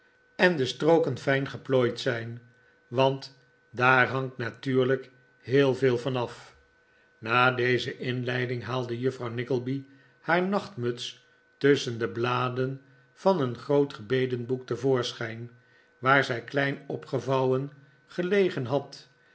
en de strooken fijn geplooid zijn want daar hangt natuurlijk heel veel van af na deze inleiding haalde juffrouw nickleby haar nachtmuts tusschen de bladen van een groot gebedenboek te voorschijn waar zij klein opgevouwen gelegen had